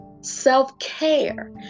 Self-care